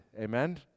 Amen